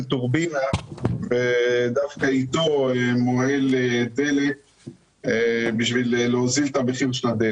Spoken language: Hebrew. טורבינה כדי למהול דלק בשביל להוזיל את המחיר שלו.